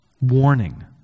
warning